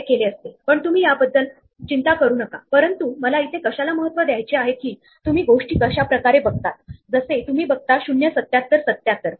या केस मध्ये आपण कुठलीही जाणीव न ठेवता निष्फळ पणे अन्वेषण करत पुढे जात राहतो आणि आपण कधीही टारगेट स्क्वेअर पर्यंत पोहोचत नाही